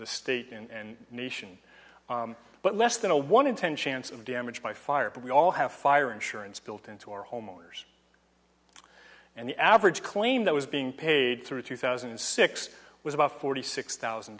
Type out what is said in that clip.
state in the nation but less than a one in ten chance of damage by fire but we all have fire insurance built into our homeowners and the average claim that was being paid through two thousand and six was about forty six thousand